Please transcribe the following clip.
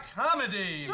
comedy